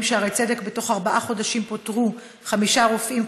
שערי צדק: בתוך ארבעה חודשים פוטרו חמישה רופאים,